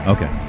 Okay